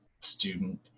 student